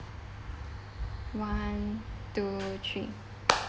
one two three